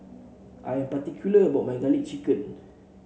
I am particular about my garlic chicken